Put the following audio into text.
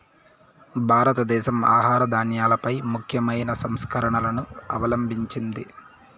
భారతదేశం ఆహార ధాన్యాలపై ముఖ్యమైన సంస్కరణలను అవలంభించింది